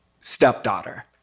stepdaughter